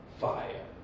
fire